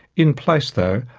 in place though,